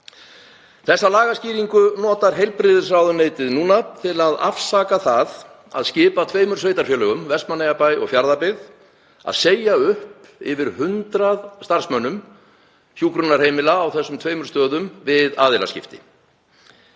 Þessa lagaskýringu notar heilbrigðisráðuneytið núna til að afsaka það að skipa tveimur sveitarfélögum, Vestmannaeyjabæ og Fjarðabyggð, að segja upp yfir 100 starfsmönnum hjúkrunarheimila á þessum tveimur stöðum við aðilaskipti.